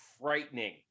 frightening